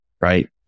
right